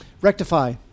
Rectify